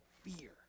Fear